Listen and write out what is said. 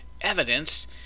evidence